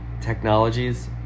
technologies